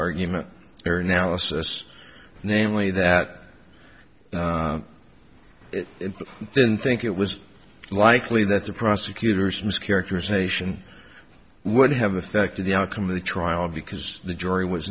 argument or analysis namely that they didn't think it was likely that the prosecutor's mischaracterization would have affected the outcome of the trial because the jury was